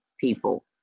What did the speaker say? people